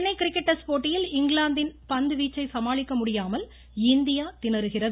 Chennai cricket test போட்டியில் இங்கிலாந்தின் பந்து வீச்சை சமாளிக்க முடியாமல் இந்தியா திணறுகிறது